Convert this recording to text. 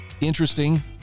interesting